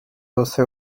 doce